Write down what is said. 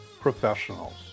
professionals